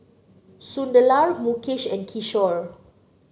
Sunderlal Mukesh and Kishore